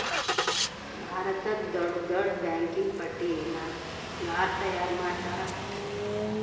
ಭಾರತದ್ದ್ ದೊಡ್ಡ್ ದೊಡ್ಡ್ ಬ್ಯಾಂಕಿನ್ ಪಟ್ಟಿನ ಯಾರ್ ತಯಾರ್ಮಾಡ್ತಾರ?